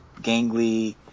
gangly